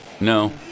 No